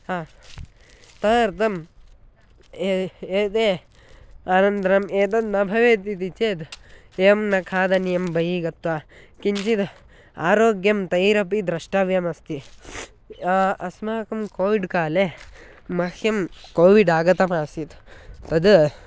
हा तदर्थम् एते अनन्तरम् एतत् न भवेत् इति चेत् एवं न खादनीयं बहिः गत्वा किञ्चित् आरोग्यं तैरपि द्रष्टव्यमस्ति अस्माकं कोविड् काले मह्यं कोविड् आगतमासीत् तद्